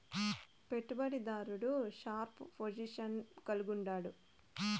పెట్టుబడి దారుడు sharp position కలిగుండాడు